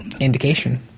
Indication